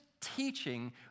teaching